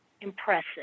Impressive